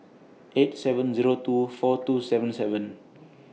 eight seven Zero two four two seven seven